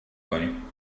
کنیم